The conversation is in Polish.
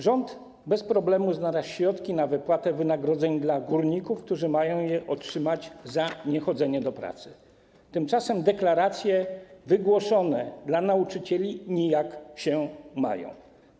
Rząd bez problemu znalazł środki na wypłatę wynagrodzeń dla górników, którzy mają je otrzymać za niechodzenie do pracy, tymczasem deklaracje wygłoszone dla nauczycieli mają się nijak.